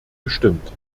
gestimmt